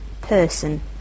person